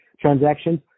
transactions